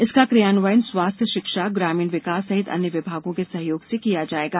इसका क्रियान्वयन स्वास्थ्य शिक्षा ग्रामीण विकास सहित अन्य विभागों के सहयोग से किया जाएगा